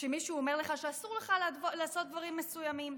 שמישהו אומר לך שאסור לך לעשות דברים מסוימים,